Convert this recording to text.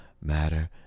matter